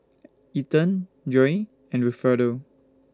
Ethen Joye and Wilfredo